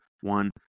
one